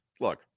look